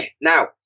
Now